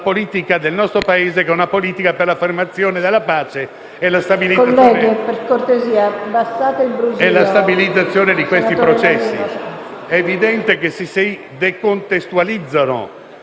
È evidente che, se si decontestualizzano